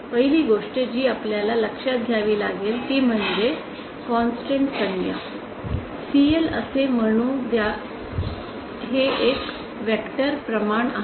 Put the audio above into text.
पहिली गोष्ट जी आपल्याला लक्षात घ्यावी लागेल ती म्हणजे ही कॉन्स्टन्ट संज्ञा CL असे म्हणू द्या हे एक वेक्टर प्रमाण आहे